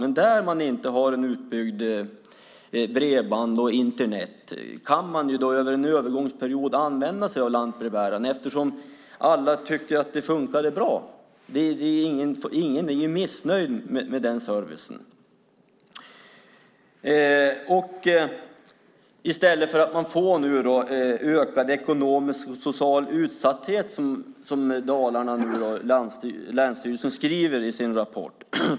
Men där man inte har bredband och Internet utbyggt kan man under en övergångsperiod använda sig av lantbrevbäraren, eftersom alla tycker att det fungerade bra. Ingen är missnöjd med den servicen. I stället får man nu ökad social och ekonomisk utsatthet, som Länsstyrelsen i Dalarna skriver i sin rapport.